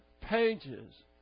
pages